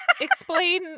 explain